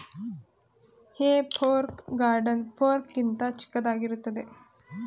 ಹೇ fork garden fork ಗಿಂತ ಚಿಕ್ಕದಾಗಿರುತ್ತದೆ